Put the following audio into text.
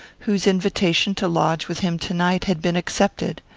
whose invitation to lodge with him to-night had been accepted.